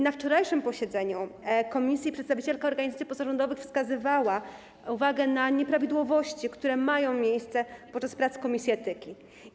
Na wczorajszym posiedzeniu komisji przedstawicielka organizacji pozarządowych wskazywała na nieprawidłowości, jakie mają miejsce podczas prac komisji etyki.